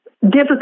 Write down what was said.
difficult